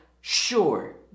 sure